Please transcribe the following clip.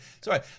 Sorry